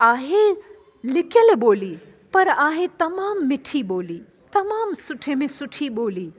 आहे लिकियल ॿोली पर आहे तमामु मिठी ॿोली तमामु सुठे में सुठी ॿोली